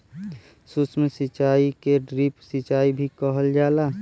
सूक्ष्म सिचाई के ड्रिप सिचाई भी कहल जाला